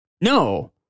No